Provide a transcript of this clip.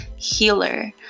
healer